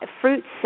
fruits